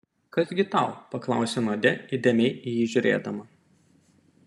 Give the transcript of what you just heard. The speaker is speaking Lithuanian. kas gi tau paklausė nadia įdėmiai į jį žiūrėdama